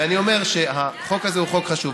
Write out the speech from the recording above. ואני אומר שהחוק הזה הוא חוק חשוב,